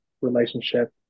relationship